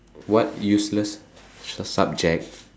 what useless subject